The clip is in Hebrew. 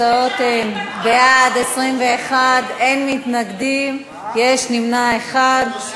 התוצאות: בעד, 21, אין מתנגדים, יש נמנע אחד.